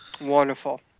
Wonderful